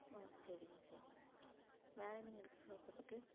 ஓ சரிங்க சரிங்க வேறு என்னங்க இருக்குது சாப்பிட்றக்கு